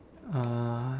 uh